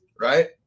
right